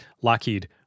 Lockheed